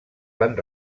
van